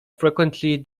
frequently